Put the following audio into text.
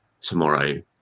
tomorrow